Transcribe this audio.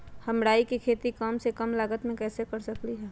हम राई के खेती कम से कम लागत में कैसे कर सकली ह?